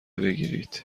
بگیرید